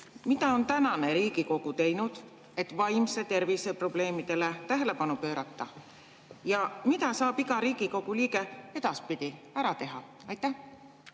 mida on tänane Riigikogu teinud, et vaimse tervise probleemidele tähelepanu pöörata, ja mida saab iga Riigikogu liige edaspidi ära teha? Suur